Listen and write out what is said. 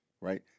right